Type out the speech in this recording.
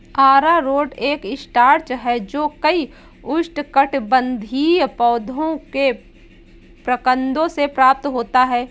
अरारोट एक स्टार्च है जो कई उष्णकटिबंधीय पौधों के प्रकंदों से प्राप्त होता है